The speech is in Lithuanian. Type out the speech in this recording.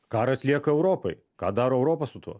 karas lieka europoj ką daro europa su tuo